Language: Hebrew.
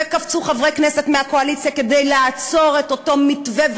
וקפצו חברי כנסת מהקואליציה כדי לעצור את אותו מתווה,